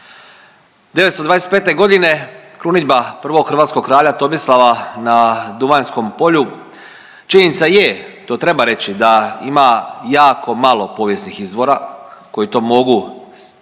925. godine krunidba prvog hrvatskog kralja Tomislava na Duvanjskom polju, činjenica je to treba reći da ima jako malo povijesnih izvora koji to mogu striktno